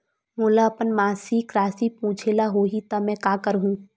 मोला अपन मासिक राशि पूछे ल होही त मैं का करहु?